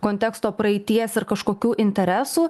konteksto praeities ir kažkokių interesų